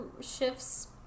shifts